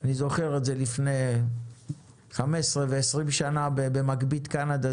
אני זוכר את זה לפני 15 ו-20 שנה במגבית קנדה,